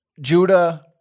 Judah